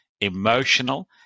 emotional